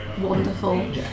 wonderful